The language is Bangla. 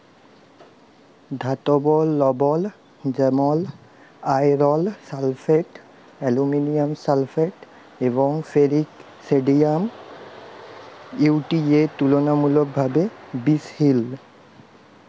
ধাতব লবল যেমল আয়রল ফসফেট, আলুমিলিয়াম সালফেট এবং ফেরিক সডিয়াম ইউ.টি.এ তুললামূলকভাবে বিশহিল